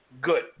Good